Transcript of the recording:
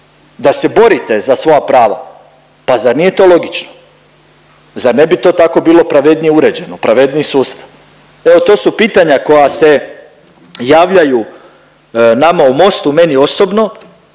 da se borite za svoja prava. Pa zar nije to logično, zar ne bi to tako bilo pravednije uređeno, pravedniji sustav? Evo to su pitanja koja se javljaju nama u Mostu, meni osobno